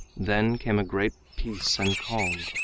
then came a great peace and calm,